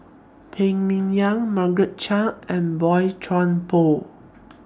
Phan Ming Yen Margaret Chan and Boey Chuan Poh